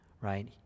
right